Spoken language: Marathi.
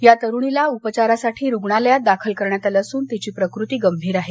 या तरुणीला उपचारासाठी रुग्णालयात दाखल करण्यात आल असून तिची प्रकृती गंभीर आहे